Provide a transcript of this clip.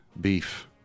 beef